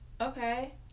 Okay